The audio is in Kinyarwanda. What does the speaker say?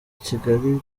kigali